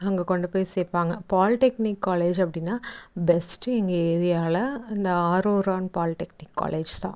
அங்கே கொண்டு போய் சேர்ப்பாங்க பால்டெக்னிக் காலேஜ் அப்படின்னா பெஸ்ட்டு எங்கள் ஏரியாவில அந்த ஆரூரான் பால்டெக்னிக் காலேஜ் தான்